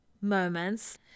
moments